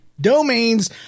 domains